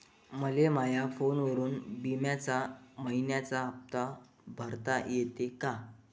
मले माया फोनवरून बिम्याचा मइन्याचा हप्ता भरता येते का?